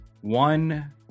One